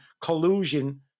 collusion